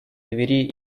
двери